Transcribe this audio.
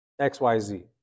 XYZ